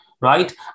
right